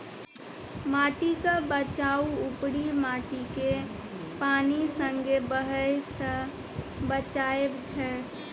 माटिक बचाउ उपरी माटिकेँ पानि संगे बहय सँ बचाएब छै